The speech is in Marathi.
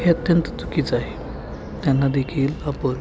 हे अत्यंत चुकीच आहे त्यांनादेखील आपण